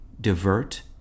divert